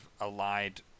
allied